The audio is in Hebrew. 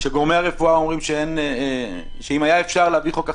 כשגורמי הרפואה אומרים שאם היה אפשר להביא חוק אחר,